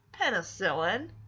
Penicillin